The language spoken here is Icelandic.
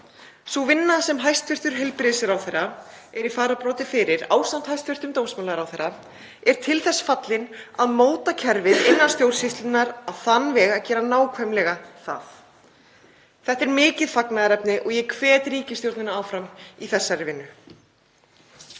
Sú vinna sem hæstv. heilbrigðisráðherra er í fararbroddi fyrir, ásamt hæstv. dómsmálaráðherra, er til þess fallin að móta kerfið innan stjórnsýslunnar á þann veg að gera nákvæmlega það. Þetta er mikið fagnaðarefni og ég hvet ríkisstjórnina áfram í þessari vinnu.